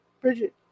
Bridget